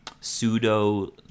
pseudo